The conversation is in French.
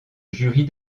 jury